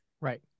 Right